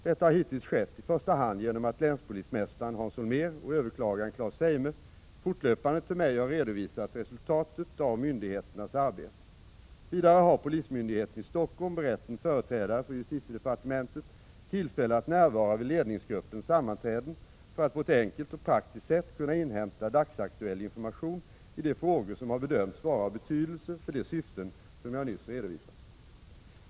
Detta har hittills skett i första hand genom att länspolismästaren Hans Holmér och överåklagaren Claes Zeime fortlöpande till mig har redovisat resultatet av myndigheternas arbete. Vidare har polismyndigheten i Stockholm berett en företrädare för justitiedepartementet tillfälle att närvara vid ledningsgruppens sammanträden för att på ett enkelt och praktiskt sätt kunna inhämta dagsaktuell information i de frågor som har bedömts vara av betydelse för de syften som jag nyss redovisade.